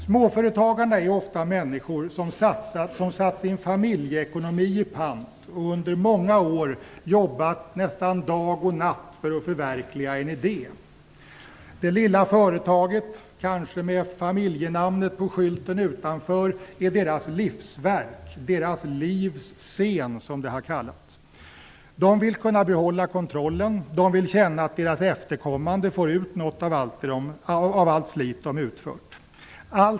Småföretagarna är ofta människor som har satt sin familjeekonomi i pant och under många år har jobbat nästan dag och natt för att förverkliga en idé. Det lilla företaget, kanske med familjenamnet på skylten på dörren, är deras livsverk, deras livs scen som det har kallats. De vill kunna behålla kontrollen. De vill känna att deras efterkommande får ut något av allt slit de har utfört.